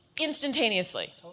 instantaneously